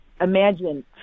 imagine